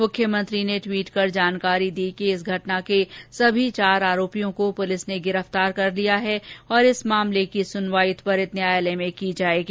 मुख्यमंत्री ने ट्वीट कर जानकारी दी कि इस घटना के सभी चार आरोपियों को पुलिस ने गिरफ्तार कर लिया है और इस मामले की सुनवाई त्वरित न्यायालय में की जाएगी